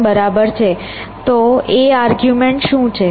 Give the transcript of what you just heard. તો a argument શું છે